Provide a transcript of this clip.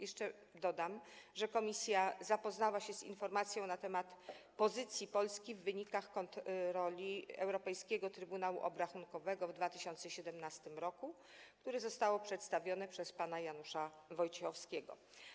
Jeszcze dodam, że komisja zapoznała się z informacją na temat pozycji Polski w wynikach kontroli Europejskiego Trybunału Obrachunkowego w 2017 r., która została przedstawiona przez pana Janusza Wojciechowskiego.